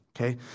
Okay